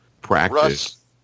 practice